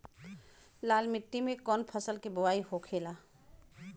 लाल मिट्टी में कौन फसल के बोवाई होखेला?